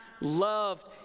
loved